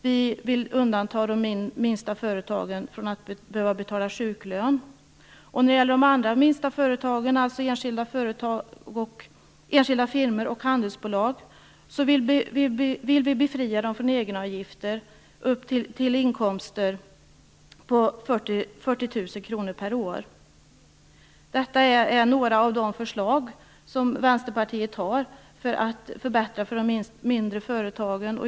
Vi vill undanta de minsta företagen från att behöva betala sjuklön. Vi vill också befria de allra minsta företagen, dvs. enskilda firmor och handelsbolag, från egenavgifter på inkomster upp till 40 000 kr per år. Detta är något av det som Vänsterpartiet föreslår för att förbättra för de mindre företagen.